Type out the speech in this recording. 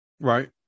Right